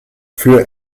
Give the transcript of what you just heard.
für